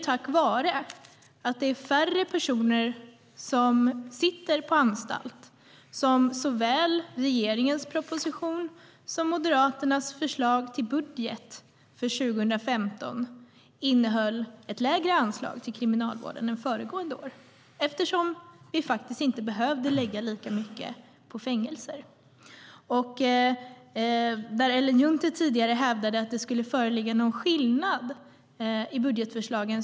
Tack vare att det är färre personer som sitter på anstalt innehöll såväl regeringens proposition som Moderaternas förslag till budget för 2015 ett lägre anslag till kriminalvården än föregående år. Vi behövde faktiskt inte lägga lika mycket på fängelser. Ellen Juntti hävdade tidigare att det skulle föreligga någon skillnad mellan budgetförslagen.